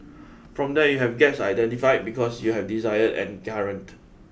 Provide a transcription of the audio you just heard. from there you have gaps identified because you have desired and current